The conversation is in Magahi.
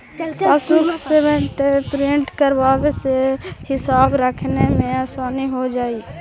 पासबुक स्टेटमेंट प्रिन्ट करवावे से हिसाब रखने में आसानी हो जा हई